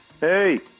Hey